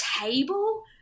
table